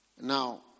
Now